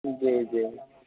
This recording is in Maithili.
जी जी